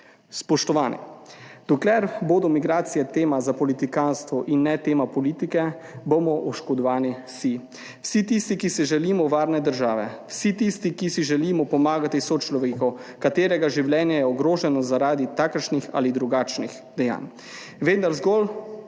Spoštovani, dokler bodo migracije tema za politikantstvo in ne tema politike, bomo oškodovani vsi. Vsi tisti, ki si želimo varne države, vsi tisti, ki si želimo pomagati sočloveku, katerega življenje je ogroženo zaradi takšnih ali drugačnih dejanj, vendar zgolj